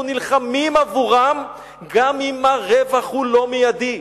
נלחמים עבורם גם אם הרווח הוא לא מיידי,